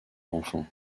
enfants